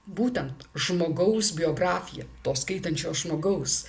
būtent žmogaus biografija to skaitančio žmogaus